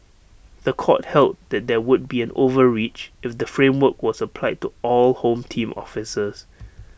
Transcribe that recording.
The Court held that there would be an overreach if the framework was applied to all home team officers